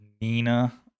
Nina